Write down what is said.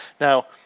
Now